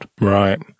Right